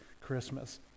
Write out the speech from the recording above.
Christmas